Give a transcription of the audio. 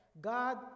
God